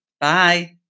Bye